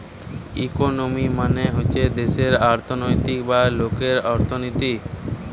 economy মানে হচ্ছে দেশের অর্থনৈতিক বা লোকের অর্থনীতি